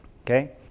okay